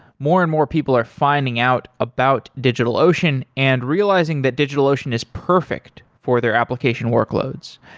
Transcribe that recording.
more and more people are finding out about digitalocean and realizing that digitalocean is perfect for their application workloads.